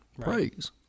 praise